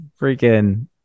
freaking